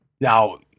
Now